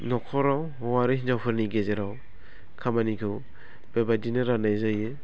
न'खराव हौवा आरो हिन्जावफोरनि गेजेराव खामानिखौ बे बायदिनो राननाय जायो